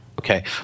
Okay